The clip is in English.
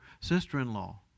sister-in-law